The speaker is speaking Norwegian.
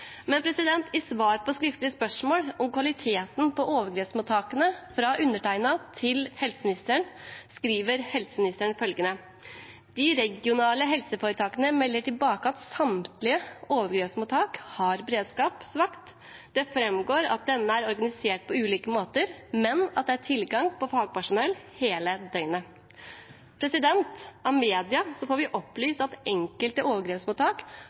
I svar på et skriftlig spørsmål fra undertegnede til helseministeren om kvaliteten på overgrepsmottakene skriver helseministeren følgende: De regionale helseforetakene melder tilbake at samtlige overgrepsmottak har beredskapsvakt. Det framgår at denne er organisert på ulike måter, men at det er tilgang på fagpersonell hele døgnet. Av media får vi opplyst at enkelte overgrepsmottak